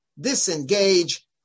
disengage